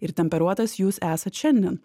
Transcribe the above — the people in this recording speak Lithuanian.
ir temperuotas jūs esat šiandien